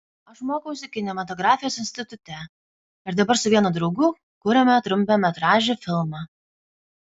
aš mokausi kinematografijos institute ir dabar su vienu draugu kuriame trumpametražį filmą